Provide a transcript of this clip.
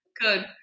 Good